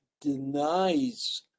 denies